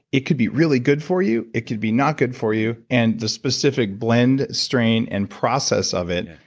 it could be really good for you. it can be not good for you and the specific blend, strain, and process of it.